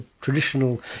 traditional